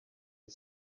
and